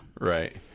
right